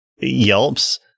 yelps